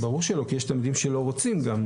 ברור שלא, כי יש תלמידים שלא רוצים גם.